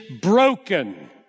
broken